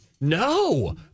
No